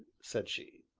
said she.